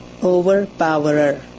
Overpowerer